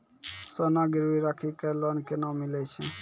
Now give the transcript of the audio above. सोना गिरवी राखी कऽ लोन केना मिलै छै?